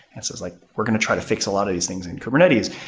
it was like, we're going to try to fix a lot of these things in kubernetes.